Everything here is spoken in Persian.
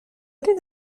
این